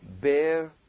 bear